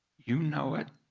you know it.